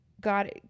God